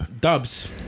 Dubs